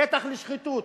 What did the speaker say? פתח לשחיתות,